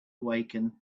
awaken